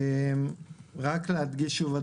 רק להדגיש שוב,